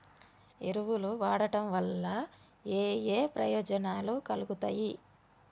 ఏ ఎరువులు వాడటం వల్ల ఏయే ప్రయోజనాలు కలుగుతయి?